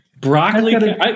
Broccoli